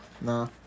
Nah